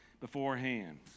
beforehand